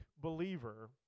believer